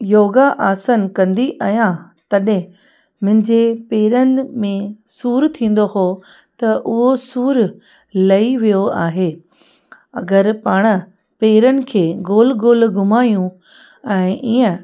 योगा आसन कंदी आहियां तॾहिं मुंहिंजे पेरनि में सूर थींदो हुओ त उहो सूरु लही वियो आहे अगरि पाण पेरनि खे गोल गोल घुमायूं ऐं ईअं